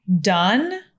done